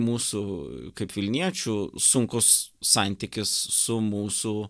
mūsų kaip vilniečių sunkus santykis su mūsų